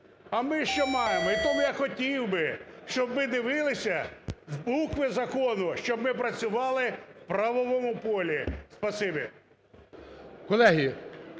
А ми що маємо? І тому я хотів би, щоб ми дивилися в букви закону, щоб ми працювали в правовому полі.